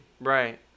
right